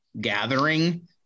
gathering